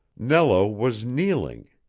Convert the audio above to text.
nello was kneeling,